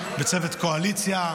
בצוות קואליציה,